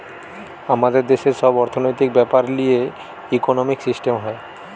আমাদের দেশের সব অর্থনৈতিক বেপার লিয়ে ইকোনোমিক সিস্টেম হয়